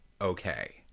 okay